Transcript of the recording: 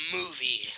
movie